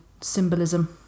symbolism